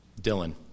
Dylan